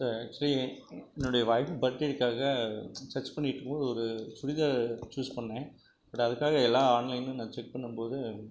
actually என்னுடைய wife பர்த்டேவுக்காக search பண்ணிவிட்டு இருக்கும்போது ஒரு சுடிதார் ஒன்று சூஸ் பண்ணேன் பட் அதுக்காக எல்லா ஆன்லைனும் நான் செக் பண்ணும் போது